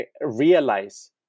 realize